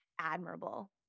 admirable